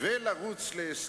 ולרוץ להסכם.